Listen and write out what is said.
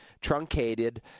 truncated